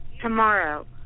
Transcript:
tomorrow